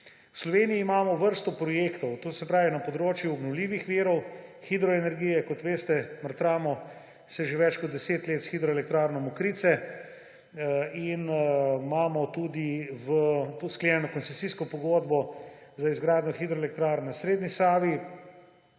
V Sloveniji imamo vrsto projektov na področju obnovljivih virov, hidroenergije, kot veste, matramo se že več kot 10 let s hidroelektrarno Mokrice. In imamo tudi sklenjeno koncesijsko pogodbo za izgradnjo hidroelektrarne na srednji Savi.